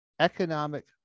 economic